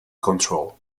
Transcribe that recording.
control